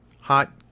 hot